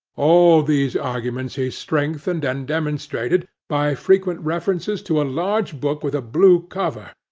all these arguments he strengthened and demonstrated by frequent references to a large book with a blue cover,